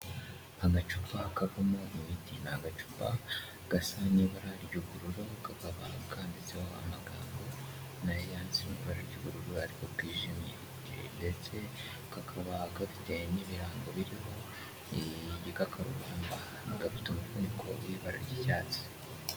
Agacupa kavamo umuti. Ni agacupa gasa n'ibara ry'ubururu. Kakaba kanditseho amagambo nayo yanditse mu ibara ry'ubururu ariko bwijimye ndetse kakaba gafite n'ibirango biriho igikakarubamba, kakaba gafite umufuniko w'ibara ry'icyatsi.